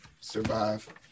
survive